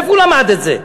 איפה הוא למד את זה?